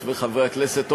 חברות וחברי הכנסת,